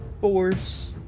force